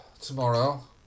tomorrow